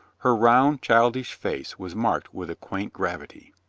her round, childish face was marked with a quaint gravity.